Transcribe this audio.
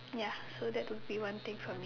ya so that would be one thing for me